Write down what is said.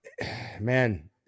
man